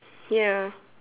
ya